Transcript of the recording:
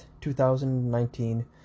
2019